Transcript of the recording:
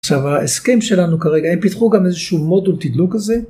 עכשיו ההסכם שלנו כרגע הם פיתחו גם איזשהו מודול תידלוק כזה.